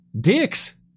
Dicks